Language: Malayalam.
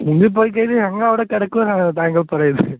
മുങ്ങി പോയി കഴിഞ്ഞാൽ ഞങ്ങളവിടെ കിടക്കുമെന്നാണോ താങ്കൾ പറയുന്നത്